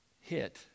hit